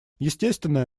естественно